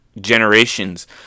generations